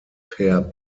per